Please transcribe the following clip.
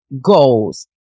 goals